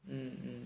mm